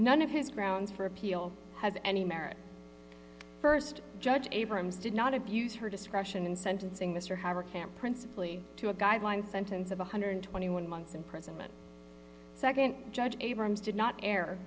none of his grounds for appeal has any merit st judge abrams did not abuse her discretion in sentencing mr harper camp principally to a guideline sentence of one hundred and twenty one months imprisonment judge abrams did not air